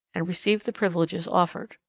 and receive the privileges offered.